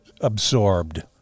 absorbed